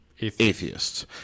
atheists